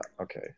okay